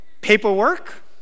paperwork